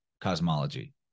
cosmology